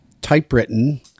typewritten